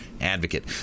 advocate